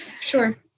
Sure